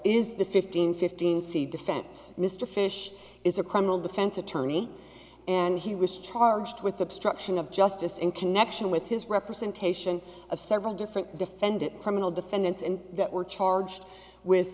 is the fifteen fifteen c defense mr fish is a criminal defense attorney and he was charged with obstruction of justice in connection with his representation of several different defendant criminal defendants and that were charged with